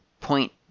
point